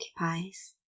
occupies